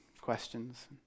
questions